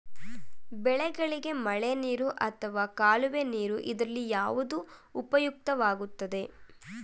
ಬೆಳೆಗಳಿಗೆ ಮಳೆನೀರು ಅಥವಾ ಕಾಲುವೆ ನೀರು ಇದರಲ್ಲಿ ಯಾವುದು ಉಪಯುಕ್ತವಾಗುತ್ತದೆ?